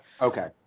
Okay